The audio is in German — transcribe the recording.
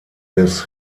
des